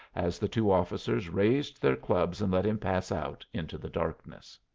as the two officers raised their clubs, and let him pass out into the darkness.